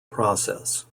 process